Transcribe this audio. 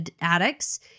addicts